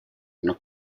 nos